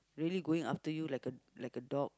really going after you like a like a dog